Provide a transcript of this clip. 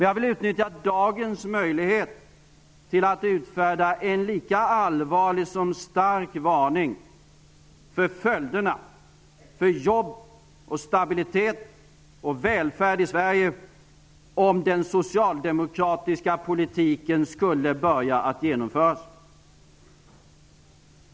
Jag vill utnyttja dagens möjlighet till att utfärda en lika allvarlig som stark varning för följderna för jobb och stabilitet och välfärd i Sverige om den socialdemokratiska politiken skulle börja genomföras.